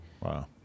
Wow